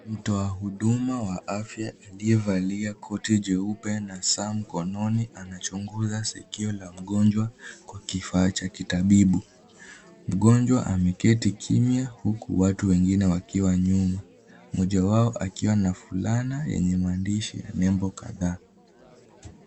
Mtu wa huduma wa afya aliyevalia koti jeupe na saa mkononi anachunguza sikio la mgonjwa kwa kifaa cha kitabibu. Mgonjwa ameketi kimya huku watu wengine wakiwa nyuma, mmoja wao akiwa na fulana yenye maandishi ya nembo kadhaa.